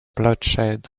bloodshed